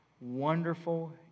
wonderful